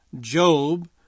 Job